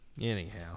anyhow